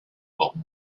bob